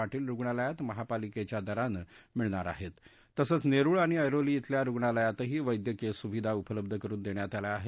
पाटील रूग्णालयात महापालिक्ख्या दरानं मिळणार आहक्त तसंच नक्रि आणि ऐरोली इथल्या रूग्णालयातही वैद्यकीय सुविधा उपलब्ध करून दक्षित आल्या आहेत